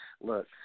look